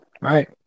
Right